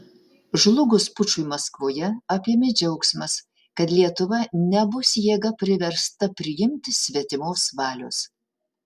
žlugus pučui maskvoje apėmė džiaugsmas kad lietuva nebus jėga priversta priimti svetimos valios